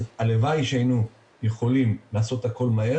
אז הלוואי שהיינו יכולים לעשות הכל מהר